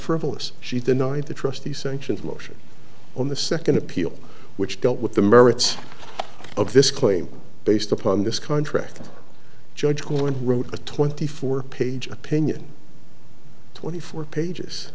fergalicious she denied the trustee sanctions motion on the second appeal which dealt with the merits of this claim based upon this contract judge one who wrote a twenty four page opinion twenty four pages